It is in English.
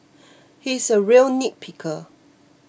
he is a real nitpicker